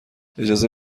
اجازه